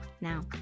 now